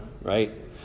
right